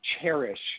cherish